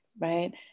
right